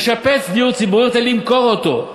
לשפץ דיור ציבורי, הוא רוצה למכור אותו.